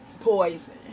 poison